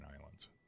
islands